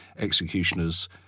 executioner's